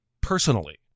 personally